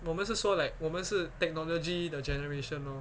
我们是说 like 我们是 technology 的 generation lor